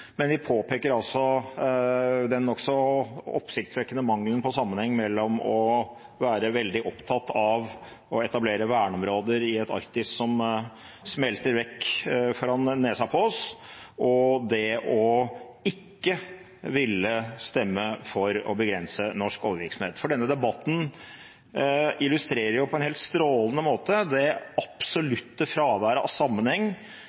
men vi påpeker den nokså oppsiktsvekkende mangelen på sammenheng mellom å være veldig opptatt av å etablere verneområder i et Arktis som smelter vekk foran nesene våre, og det å ikke ville stemme for å begrense norsk oljevirksomhet. Denne debatten illustrerer på en helt strålende måte det absolutte fravær av sammenheng